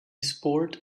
sport